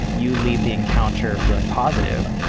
you leave the encounter feeling positive